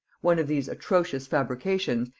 one of these atrocious fabrications,